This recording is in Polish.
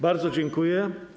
Bardzo dziękuję.